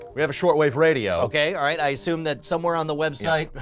we have a shortwave radio! okay, all right. i assume that somewhere on the website,